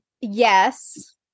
yes